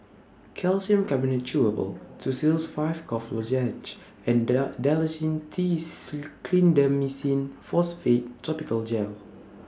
Calcium Carbonate Chewable Tussils five Cough Lozenges and Dalacin teeth Clindamycin Phosphate Topical Gel